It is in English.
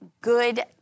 good